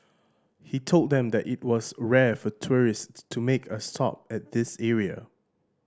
he told them that it was rare for tourists to make a stop at this area